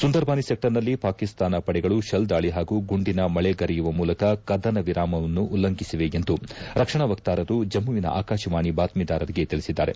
ಸುಂದರ್ಬಾನಿ ಸೆಕ್ವರ್ನಲ್ಲಿ ಪಾಕಿಸ್ತಾನ ಪಡೆಗಳು ಶೆಲ್ ದಾಳಿ ಹಾಗೂ ಗುಂಡಿನ ಮಳೆಗರೆಯುವ ಮೂಲಕ ಕದನ ವಿರಾಮವನ್ನು ಉಲ್ಲಂಘಿಸಿವೆ ಎಂದು ರಕ್ಷಣಾ ವಕ್ತಾರರು ಜಮ್ನುವಿನ ಆಕಾಶವಾಣಿ ಬಾತ್ನೀದಾರರಿಗೆ ತಿಳಿಸಿದ್ದಾರೆ